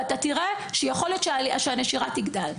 ואתה תראה שיכול להיות שהנשירה תגדל.